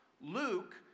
Luke